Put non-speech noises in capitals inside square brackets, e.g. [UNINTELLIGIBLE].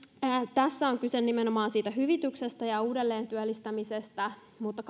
tässä on kyse nimenomaan siitä hyvityksestä ja uudelleentyöllistämisestä mutta [UNINTELLIGIBLE]